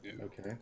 Okay